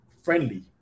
friendly